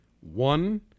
one